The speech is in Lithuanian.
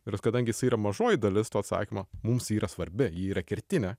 ir jis kadangi jisai yra mažoji dalis to atsakymo mums yra svarbi ji yra kertinė